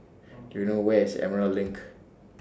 Do YOU know Where IS Emerald LINK